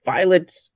Violet's